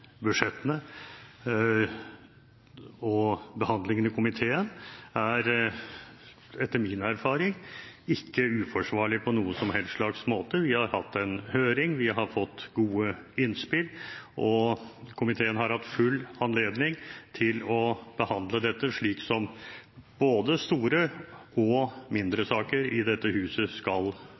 budsjettene. Og behandlingen i komiteen er etter min erfaring ikke uforsvarlig på noen som helst slags måte. Vi har hatt en høring, vi har fått gode innspill, og komiteen har hatt full anledning til å behandle dette slik som både store og mindre saker i dette huset skal